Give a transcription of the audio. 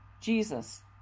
Jesus